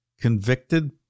convicted